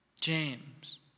James